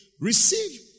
Receive